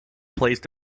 placed